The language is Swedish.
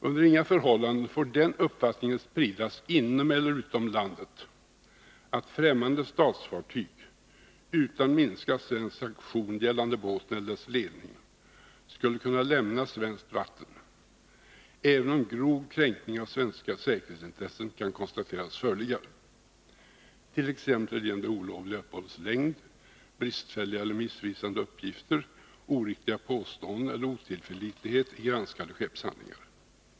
Under inga förhållanden får den uppfattningen spridas inom eller utom landet att främmande statsfartyg utan minsta svensk sanktion gällande båten eller dess ledning skulle kunna lämna svenskt vatten även om grov kränkning av svenska säkerhetsintressen kan konstateras föreligga, t.ex. genom det olovliga uppehållets längd, bristfälliga eller missvisande uppgifter, oriktiga påståenden eller otillförlitligheten i granskade skeppshandlingar.